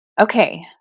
okay